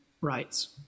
rights